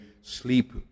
sleep